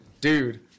Dude